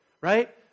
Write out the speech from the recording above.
right